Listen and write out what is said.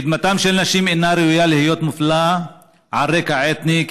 הקִדמה של נשים אינה ראויה להיות מופלית על רקע אתני,